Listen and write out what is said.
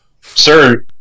Sir